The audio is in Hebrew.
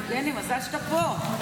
יבגני, מזל שאתה פה.